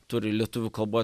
turi lietuvių kalboj